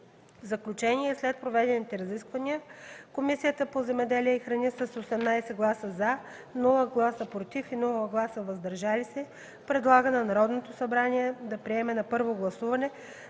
В заключение и след проведените разисквания Комисията по земеделието и храните с 18 гласа „за”, без „против” и „въздържали се” предлага на Народното събрание да приеме на първо гласуване